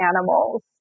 animals